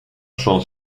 son